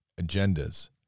agendas